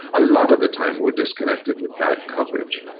a lot of the time we're disconnected with bad coverage,